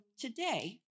today